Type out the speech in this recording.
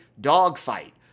dogfight